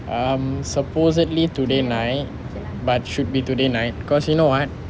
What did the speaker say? um supposedly today night but should be today night because you know [what]